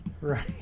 Right